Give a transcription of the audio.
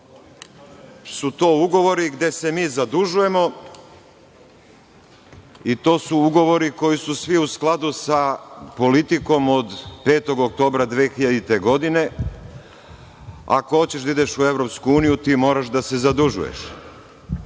su to ugovori gde se mi zadužujemo i to su ugovori koji su svi u skladu sa politikom od 5. oktobra 2000. godine – ako hoćeš da ideš u EU, ti moraš da se zadužuješ.